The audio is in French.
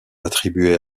attribuée